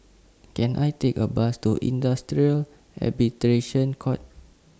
Can I Take A Bus to Industrial Arbitration Court